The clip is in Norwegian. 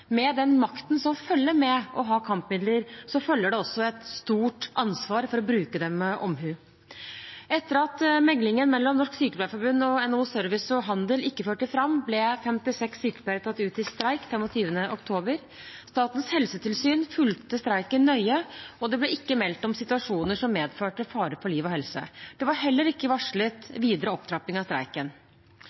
Med den makten som følger med det å ha kampmidler, følger det også et stort ansvar for å bruke dem med omhu. Etter at meklingen mellom Norsk Sykepleierforbund og NHO Service og Handel ikke førte fram, ble 56 sykepleiere tatt ut i streik 25. oktober. Statens helsetilsyn fulgte streiken nøye, og det ble ikke meldt om situasjoner som medførte fare for liv og helse. Det var heller ikke varslet videre opptrapping av streiken.